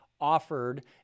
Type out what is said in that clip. offered